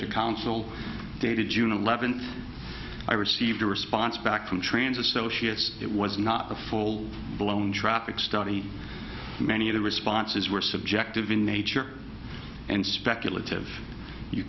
to council dated june eleventh i received a response back from trans associates it was not a full blown traffic study many of the responses were subjective in nature and speculative you